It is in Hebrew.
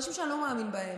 אנשים שאני לא מאמין בהם,